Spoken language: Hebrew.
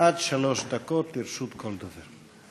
עד שלוש דקות לרשות כל דובר.